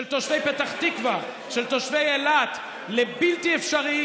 של תושבי פתח תקווה, של תושבי אילת לבלתי אפשריים.